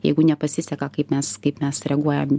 jeigu nepasiseka kaip mes kaip mes reaguojam